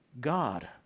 God